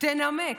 תנמק,